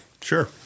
Sure